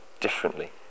differently